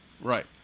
Right